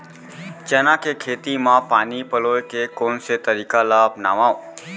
चना के खेती म पानी पलोय के कोन से तरीका ला अपनावव?